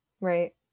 Right